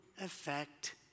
effect